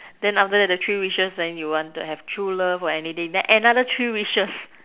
then after that the three wishes and you want true love or something then another three wishes